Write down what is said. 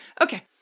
Okay